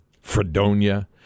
Fredonia